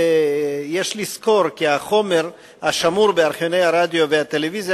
יש לזכור כי החומר השמור בארכיוני הרדיו והטלוויזיה